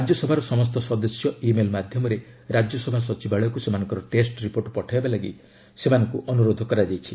ରାଜ୍ୟସଭାର ସମସ୍ତ ସଦସ୍ୟ ଇ ମେଲ୍ ମାଧ୍ୟମରେ ରାଜ୍ୟସଭା ସଚିବାଳୟକୁ ସେମାନଙ୍କର ଟେଷ୍ଟ ରିପୋର୍ଟ ପଠାଇବା ଲାଗି ସେମାନଙ୍କୁ ଅନୁରୋଧ କରାଯାଇଛି